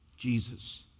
Jesus